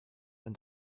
than